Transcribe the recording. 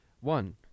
One